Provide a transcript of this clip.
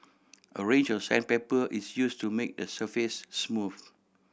a range of sandpaper is used to make the surface smooth